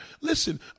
Listen